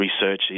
research